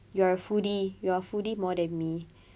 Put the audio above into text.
you are a foodie you are foodie more than me